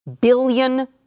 billion